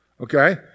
okay